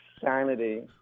sanity